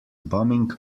bumming